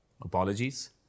apologies